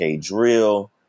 drill